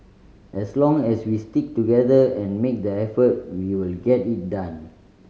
as long as we stick together and make the effort we will get it done